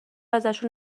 ازشون